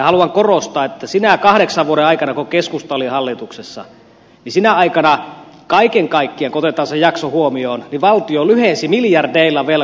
haluan korostaa että sinä kahdeksan vuoden aikana kun keskusta oli hallituksessa niin kaiken kaikkiaan kun otetaan se jakso huomioon valtio lyhensi miljardeilla velkaansa